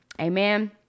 Amen